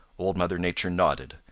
old mother nature nodded,